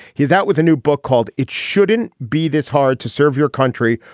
he's out with a new book called it shouldn't be this hard to serve your country.